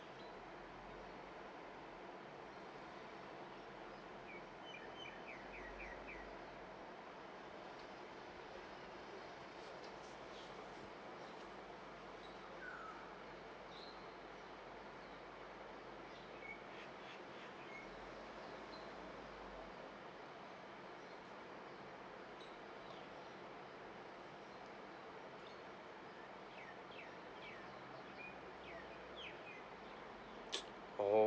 orh oh~